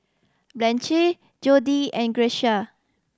Blanche Jody and Grecia